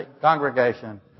congregation